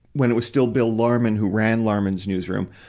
when it was still bill larman who ran larman's newsroom,